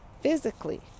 Physically